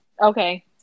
Okay